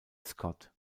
scott